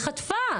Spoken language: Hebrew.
חטפה.